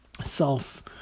self